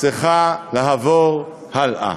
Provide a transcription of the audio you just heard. צריכה לעבור הלאה.